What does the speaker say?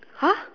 !huh!